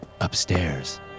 Upstairs